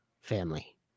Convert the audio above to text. family